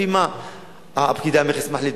לפי מה פקידי המכס מחליטים?